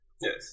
Yes